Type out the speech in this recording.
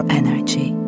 energy